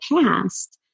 past